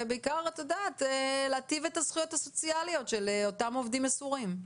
ובעיקר להיטיב את הזכויות הסוציאליות של אותם עובדים מסורים?